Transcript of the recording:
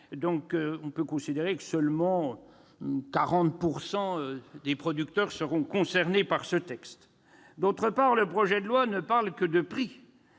on peut considérer que seulement 40 % des producteurs seront concernés par le texte. Deuxièmement, le projet de loi ne parle que du prix,